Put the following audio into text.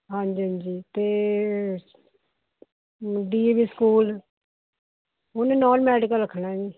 ਹਾਂਜੀ ਹਾਂਜੀ ਅਤੇ ਡੀ ਏ ਵੀ ਸਕੂਲ ਉਨ੍ਹੇ ਨੌਨ ਮੈਡੀਕਲ ਰੱਖਣਾ ਹੈ ਜੀ